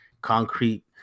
concrete